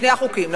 בשני החוקים.